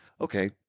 Okay